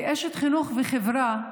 כאשת חינוך וחברה,